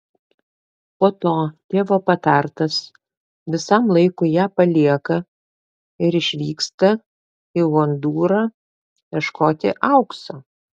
po to tėvo patartas visam laikui ją palieka ir išvyksta į hondūrą ieškoti aukso